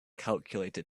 calculator